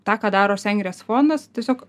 tą ką daro sengirės fondas tiesiog